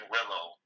Willow